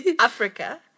Africa